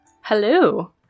Hello